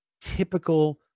typical